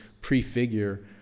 prefigure